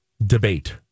Debate